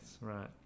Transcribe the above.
right